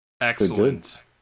Excellent